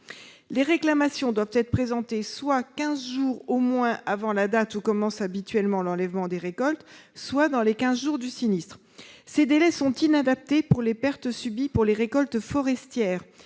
Les réclamations doivent être présentées soit quinze jours au moins avant la date où commence habituellement l'enlèvement des récoltes, soit dans les quinze jours du sinistre. Ces délais sont inadaptés pour les pertes subies sur les récoltes forestières.